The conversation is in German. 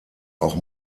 auch